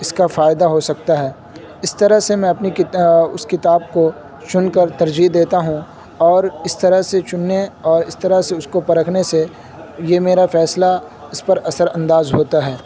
اس کا فائدہ ہو سکتا ہے اس طرح سے میں اپنی اس کتاب کو چن کر ترجیح دیتا ہوں اور اس طرح سے چننے اور اس طرح سے اس کو پرکھنے سے یہ میرا فیصلہ اس پر اثر انداز ہوتا ہے